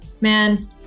Man